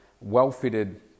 well-fitted